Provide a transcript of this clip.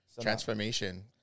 Transformation